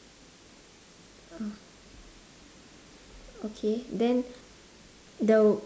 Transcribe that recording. okay then the